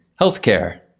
healthcare